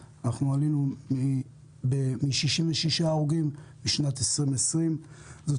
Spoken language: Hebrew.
2021. בשנת 2020 נהרגו 66 אנשים.